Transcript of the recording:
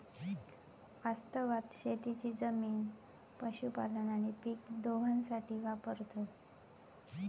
वास्तवात शेतीची जमीन पशुपालन आणि पीक दोघांसाठी वापरतत